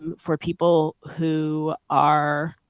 um for people who are